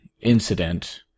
incident